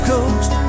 Coast